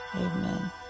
Amen